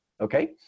Okay